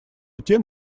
тем